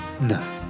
No